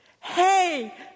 Hey